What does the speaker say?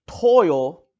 toil